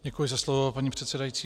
Děkuji za slovo, paní předsedající.